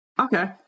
Okay